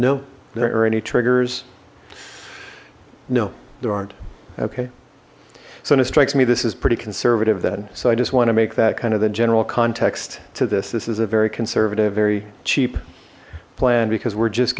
no there are any triggers no there aren't okay so and it strikes me this is pretty conservative then so i just want to make that kind of the general context to this this is a very conservative very cheap plan because we're just